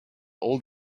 all